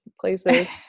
places